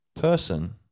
person